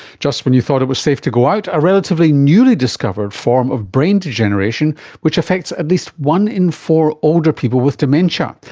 just when you thought it was safe to go out, a relatively newly discovered form of brain degeneration which affects at least one in four older people with dementia,